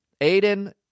Aiden